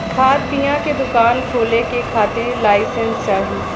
खाद बिया के दुकान खोले के खातिर लाइसेंस चाही